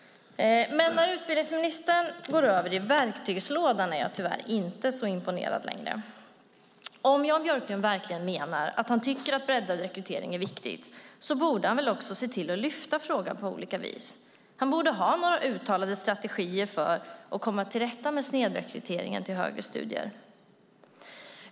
När utbildningsministern går över till verktygslådan är jag dock inte så imponerad längre. Om Jan Björklund verkligen menar att han tycker att breddad rekrytering är viktigt borde han se till att lyfta upp frågan på olika vis. Han borde ha några uttalade strategier för att komma till rätta med snedrekryteringen till högre studier.